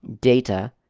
data